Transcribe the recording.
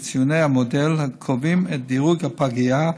וציוני המודל קובעים את דירוג הפגייה,